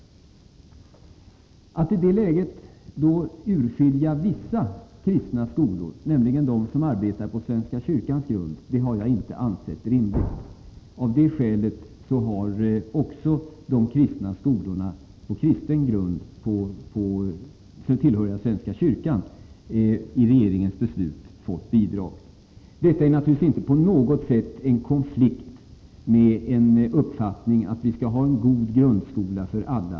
Att i det läget urskilja vissa kristna skolor, nämligen de som arbetar på svenska kyrkans grund, har jag inte ansett rimligt. Av det skälet har också skolor på kristen grund, dvs. tillhöriga svenska kyrkan, enligt regeringens beslut fått bidrag. Detta är naturligtvis inte på något sätt en konflikt med uppfattningen att vi skall ha en god grundskola för alla.